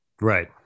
right